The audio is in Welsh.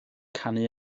canu